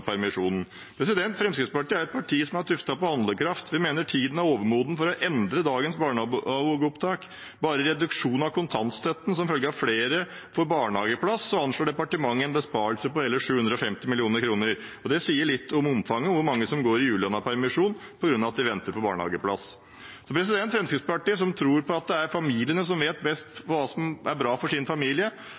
Fremskrittspartiet er et parti som er tuftet på handlekraft. Vi mener tiden er overmoden for å endre dagens barnehageopptak. Bare i reduksjon av kontantstøtten som følge av at flere får barnehageplass, anslår departementet en besparelse på hele 750 mill. kr, og det sier litt om omfanget og hvor mange som går i ulønnet permisjon fordi de venter på barnehageplass. Fremskrittspartiet tror på at det er familiene som vet best hva som er bra for deres familie.